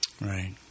Right